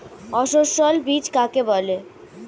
অসস্যল বীজ কাকে বলে?